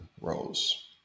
roles